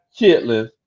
Chitlins